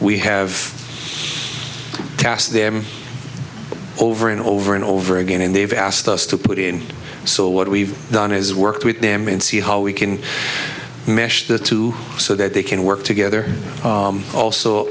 pass them over and over and over again and they've asked us to put in so what we've done is worked with them and see how we can mesh the two so that they can work together also